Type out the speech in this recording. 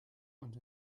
und